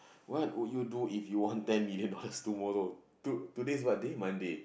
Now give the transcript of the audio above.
what would you do if you want ten million dollars tomorrow to today is what day Monday